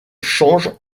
change